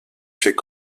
fait